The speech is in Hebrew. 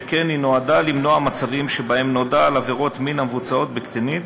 שכן היא נועדה למנוע מצבים שבהם נודע על עבירות מין המבוצעות בקטינים